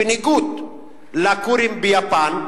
בניגוד לכורים ביפן.